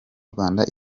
rwanda